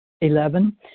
Eleven